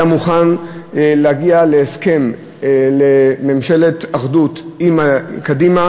היה מוכן להגיע להסכם על ממשלת אחדות עם קדימה